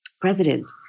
president